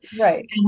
Right